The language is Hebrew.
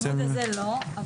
בעמוד הזה לא.